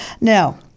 Now